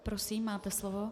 Prosím, máte slovo.